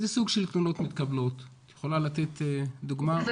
את יכולה לתת דוגמה?